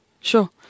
sure